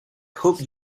hope